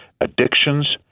addictions